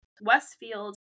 Westfield